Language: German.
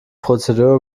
prozedur